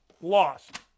Lost